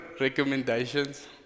recommendations